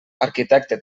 arquitecte